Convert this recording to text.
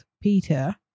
Peter